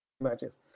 matches